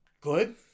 good